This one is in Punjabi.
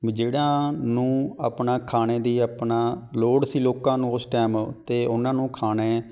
ਵ ਜਿਹੜਾ ਨੂੰ ਆਪਣਾ ਖਾਣੇ ਦੀ ਆਪਣਾ ਲੋੜ ਸੀ ਲੋਕਾਂ ਨੂੰ ਉਸ ਟਾਈਮ 'ਤੇ ਉਹਨਾਂ ਨੂੰ ਖਾਣੇ